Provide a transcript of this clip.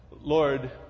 lord